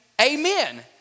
Amen